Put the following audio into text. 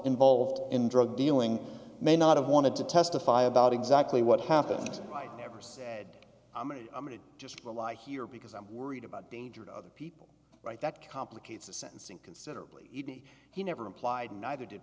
involved in drug dealing may not have wanted to testify about exactly what happened right never said i'm just a lie here because i'm worried about danger to other people right that complicates the sentencing considerably e d he never implied neither did